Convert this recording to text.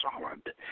solid